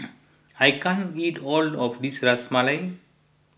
I can't eat all of this Ras Malai